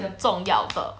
the 重要的